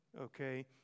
okay